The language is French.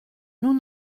nous